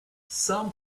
some